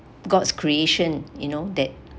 god's creation you know that